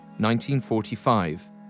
1945